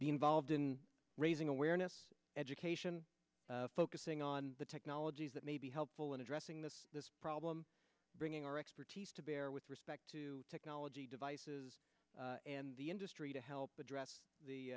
be involved in raising awareness education focusing on the technologies that may be helpful in addressing this problem bringing our expertise to bear with respect to technology devices and the industry to help address the